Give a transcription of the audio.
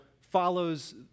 follows